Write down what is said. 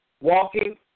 walking